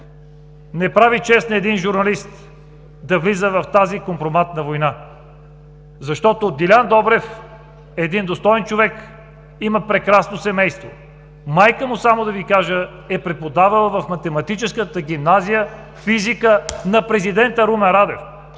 Не прави чест на един журналист да влиза в тази компроматна война, защото Делян Добрев е един достоен човек, има прекрасно семейство. Майка му, само да Ви кажа, е преподавала в Математическата гимназия – физика, на президента Румен Радев.